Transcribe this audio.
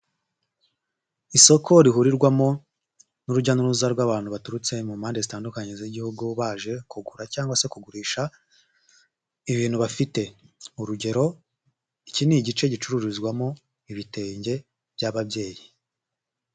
Isoko rihurirwamo n'urujya n'uruza rw'abantu baturutse mu mpande zitandukanye z'igihugu baje kugura cyangwa se kugurisha, ibintu bafite. Urugero iki ni igice gicururizwamo ibitenge by'ababyeyi.